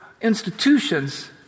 institutions